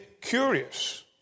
curious